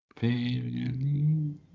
Baby